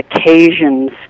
occasions